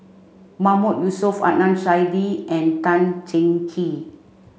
Mahmood Yusof Adnan Saidi and Tan Cheng Kee